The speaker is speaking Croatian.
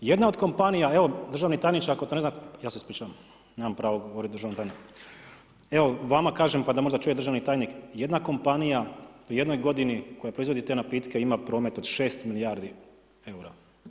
Jedna od kompanije, evo držani tajniče, ako to ne znate, ja se ispričavam, imam pravo govoriti državni tajnik, evo vama kažem, pa da možda čuje državni tajnik jedna kompanija u jednoj godini koja proizvodi te napitke ima promet od 6 milijardi eura.